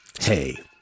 Hey